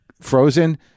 frozen